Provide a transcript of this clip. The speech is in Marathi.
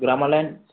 ग्रामालँड